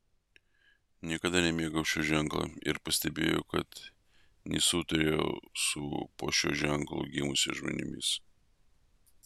niekada nemėgau šio ženklo ir pastebėjau kad nesutariu su po šiuo ženklu gimusiais žmonėmis